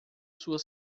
sua